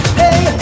hey